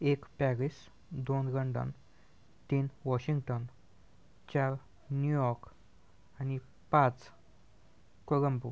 एक पॅरिस दोन लंडन तीन वॉशिंटन चार न्यूयॉक आणि पाच कोलंबो